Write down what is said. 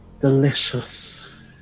delicious